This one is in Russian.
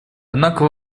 однако